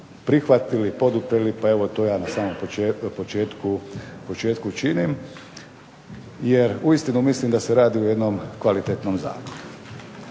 prihvatili, poduprli pa to ja na samom početku činim. Jer uistinu mislim da se radi o jednom kvalitetnom zakonu.